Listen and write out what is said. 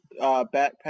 backpack